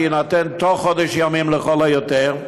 יינתן בתוך חודש ימים לכל היותר,